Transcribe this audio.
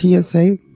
tsa